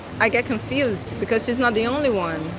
i get confused because she's not the only one.